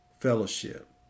fellowship